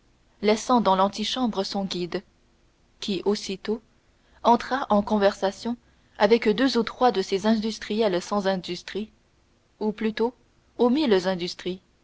laissant dans l'antichambre son guide qui aussitôt entra en conversation avec deux ou trois de ces industriels sans industrie ou plutôt aux mille industries